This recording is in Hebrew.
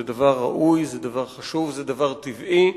זה דבר ראוי, זה דבר חשוב, זה דבר טבעי,